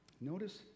Notice